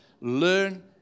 learn